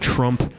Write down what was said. Trump